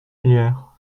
filière